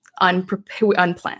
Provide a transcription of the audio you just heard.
unplanned